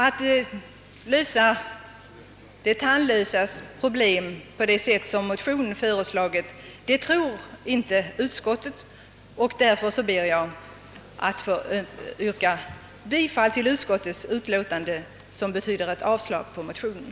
Att lösa de tandlösas problem på det sätt som föreslagits i motionen tror inte utskottsmajoriteten på, och jag ber att få yrka bifall till utskottets hemställan, som innebär avslag på motionen.